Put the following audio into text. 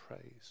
praise